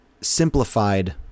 simplified